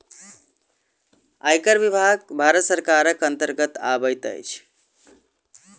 आयकर विभाग भारत सरकारक अन्तर्गत अबैत अछि